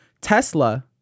Tesla